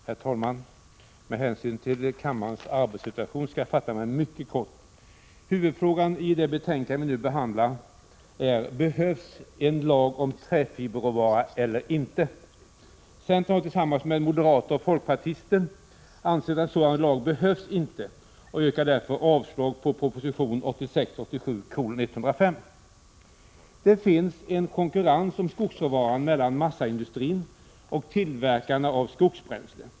Herr talman! Med hänsyn till kammarens pressade arbetssituation skall jag fatta mig mycket kort. Huvudfrågan i det betänkande vi nu behandlar är: Behövs det en lag om träfiberråvara eller inte? Centern anser, liksom moderater och folkpartister, att en sådan lag inte behövs, och vi yrkar därför avslag på proposition 1986/87:105. Det finns en konkurrens om skogsråvaran mellan massaindustrin och tillverkarna av skogsbränslen.